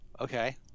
Okay